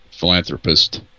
Philanthropist